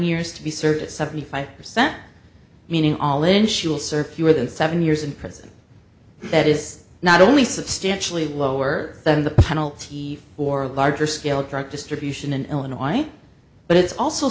years to be served at seventy five percent meaning all in she will serve you are that seven years in prison that is not only substantially lower than the penalty for a larger scale drug distribution in illinois but it's also